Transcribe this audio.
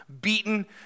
beaten